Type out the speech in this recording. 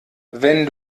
wenn